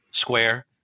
Square